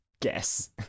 guess